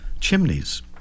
chimneys